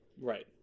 Right